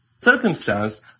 circumstance